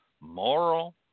moral